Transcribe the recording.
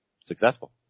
successful